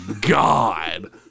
god